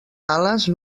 ales